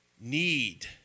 need